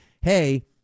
hey